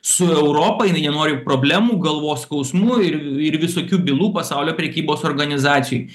su europa jinai nenori problemų galvos skausmų ir ir visokių bylų pasaulio prekybos organizacijoj